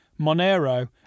Monero